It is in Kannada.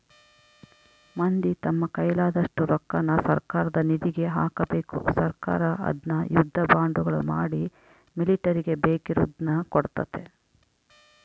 ಮಂದಿ ತಮ್ಮ ಕೈಲಾದಷ್ಟು ರೊಕ್ಕನ ಸರ್ಕಾರದ ನಿಧಿಗೆ ಹಾಕಬೇಕು ಸರ್ಕಾರ ಅದ್ನ ಯುದ್ಧ ಬಾಂಡುಗಳ ಮಾಡಿ ಮಿಲಿಟರಿಗೆ ಬೇಕಿರುದ್ನ ಕೊಡ್ತತೆ